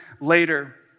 later